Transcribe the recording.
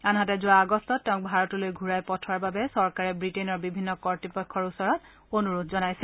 আনহাতে যোৱা আগষ্টত তেওঁক ভাৰতলৈ ঘূৰাই পঠোৱাৰ বাবে চৰকাৰে বৃটেইনৰ বিভিন্ন কৰ্তৃপক্ষৰ ওচৰত অনুৰোধ জনাইছিল